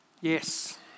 Yes